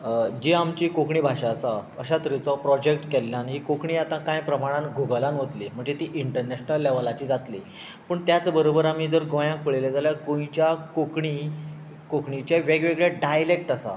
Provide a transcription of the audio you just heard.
जी आमची कोंकणी भाशा आसा अश्या तरेचो प्रोजेक्ट केल्ल्यान ही कोंकणी आतां कांय प्रमाणांत गुगलांत वयतली म्हणजे ती इंटरनॅशनल लेवलाची जातली पूण त्याच बरोबर आमी गोंयाक पळयलें जाल्यार गोंयच्या कोंकणीक कोंकणीचे वेगवेगळे डायलेक्ट आसात